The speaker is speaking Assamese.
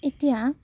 এতিয়া